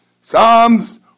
Psalms